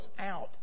out